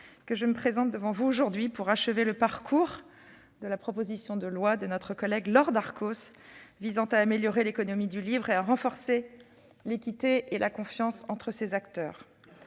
que je me présente devant vous aujourd'hui pour achever le parcours de la proposition de loi de notre collègue Laure Darcos visant à améliorer l'économie du livre et à renforcer l'équité et la confiance entre ses acteurs.